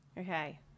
Okay